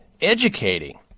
educating